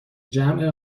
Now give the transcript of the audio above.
جمع